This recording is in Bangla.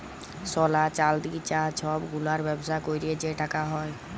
সলা, চাল্দি, চাঁ ছব গুলার ব্যবসা ক্যইরে যে টাকা হ্যয়